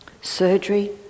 surgery